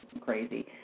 crazy